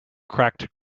cracked